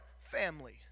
family